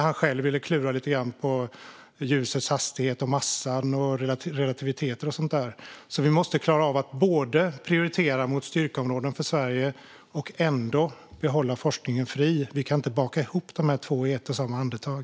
Han ville ju själv klura lite grann på ljusets hastighet, massan, relativiteter och sådant där. Vi måste klara av att både prioritera mot styrkeområden för Sverige och behålla forskningen fri. Vi kan inte baka ihop de här två i ett och samma andetag.